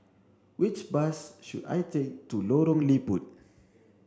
which bus should I take to Lorong Liput